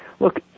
Look